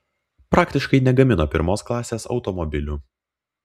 praktiškai negamino pirmos klasės automobilių